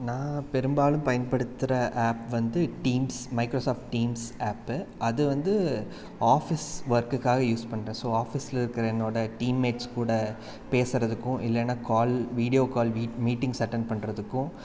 நான் பெரும்பாலும் பயன்படுத்துகிற ஆப் வந்து டீம்ஸ் மைக்ரோசாஃப்ட் டீம்ஸ் ஆப்பு அது வந்து ஆஃபீஸ் ஒர்க்குக்காக யூஸ் பண்ணுறேன் ஸோ ஆஃபீஸில் இருக்கிறவுங்களோட டீம்மென்ட்ஸ் கூட பேசுகிறதுக்கும் இல்லைன்னா call video call meet meetings attend பண்ணுறதுக்கும்